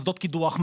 אסדות קידוח,